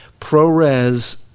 ProRes